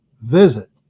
visit